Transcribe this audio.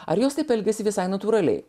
ar jos taip elgėsi visai natūraliai